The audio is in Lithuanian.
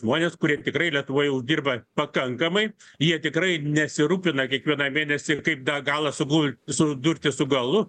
žmonės kurie tikrai lietuvoj uždirba pakankamai jie tikrai nesirūpina kiekvieną mėnesį kaip dą galą sugul sudurti su galu